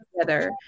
together